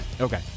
Okay